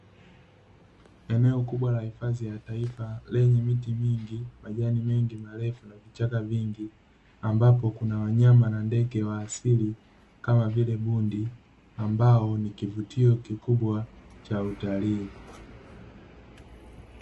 Eneo kubwa la hifadhi la taifa lenye miti mingi, majani mengi marefu, vichaka vingi; ambapo kuna wanyama na ndege wa asili kama vile bundi, ambao ni kivutio kikubwa cha utalii.